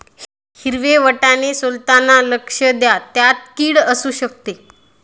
हिरवे वाटाणे सोलताना लक्ष द्या, त्यात किड असु शकते